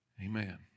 Amen